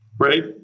Right